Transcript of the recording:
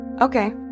Okay